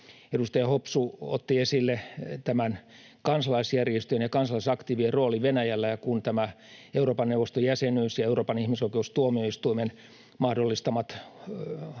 Edustaja Hopsu otti esille kansalaisjärjestöjen ja kansalaisaktiivien roolin Venäjällä: Kun Euroopan neuvoston jäsenyys ja Euroopan ihmisoikeustuomioistuimen mahdollistamat asiat